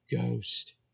Ghost